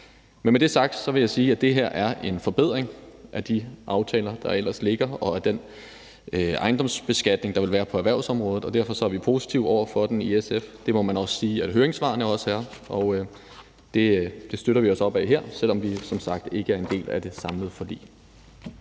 Men med det sagt vil jeg sige, at det her er en forbedring af de aftaler, der ellers ligger, og af den ejendomsbeskatning, der vil være på erhvervsområdet, og derfor er vi positive over for den i SF. Det må man sige at høringssvarene også er, og det støtter vi os op ad her, selv om vi som sagt ikke er en del af det samlede forlig.